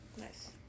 nice